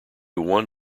one